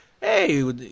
hey